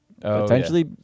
potentially